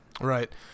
Right